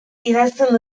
idazten